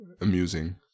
amusing